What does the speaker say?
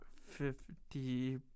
fifty